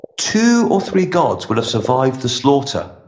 two or three gods will have survived the slaughter.